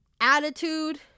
attitude